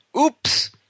Oops